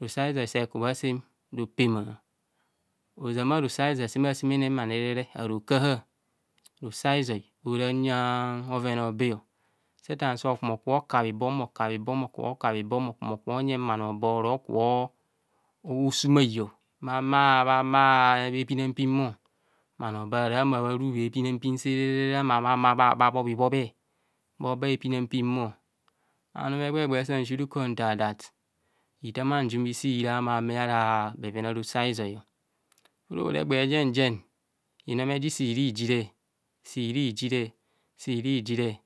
Roso azoi sekubha sem ropema ozama roso azoi asemasemene harokaha, roso azoi ora uya bhoren a'obe setan so kubho oka bhibomo okabhi bomo okumo oko onye bhano boro sumai bhama bhama hepinan pimo, bhano barabha humo bharure hepin ampin sere mma bha bhobhi bho bhe bhobe epina ampimo anu egba o egba san surukor ntar dat itam ajum isira hamame ara bheven á rose azoi bur ora egba jen jen inomeji siri jire sirijire sirijire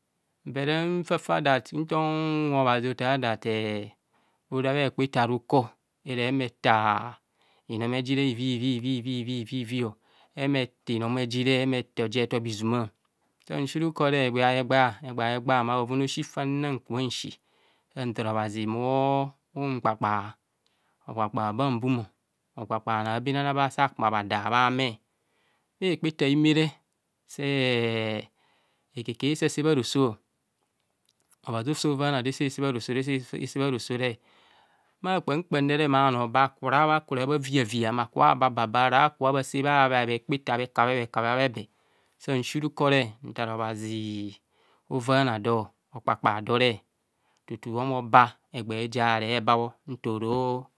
bur nfafa dat ntar unwe obhazi otar dat erora bha hekpa eto arukor ere humo etar inomejire ivivivivio vio ehumo etar inomejire ehumetar inomejire etobh izuma sansi rukor egba ho egba ma bhove a'sifana ka nsi san tar obhazi munkpakpa okpakpa ababumo, okpakpa bhano abenana basa kuma bha da bhame. Bha hekpa eto a'hime see eke ke sabharoso obhazi osovana dor esesebharosore ese sebharosore bha kpam kpanme ma bhano ba kara bhakara bha via via mma kabha baba bara ka bha sebha hekpa eto ha bhe kabhe bhekabhe abhe br san sirukore nta obhazi ovana dor okoakpa dore tutu onaoba egba gere ebabho ntoro